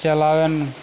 ᱪᱟᱞᱟᱣᱮᱱ